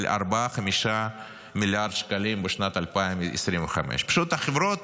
על 5-4 מיליארד שקלים בשנת 2025. החברות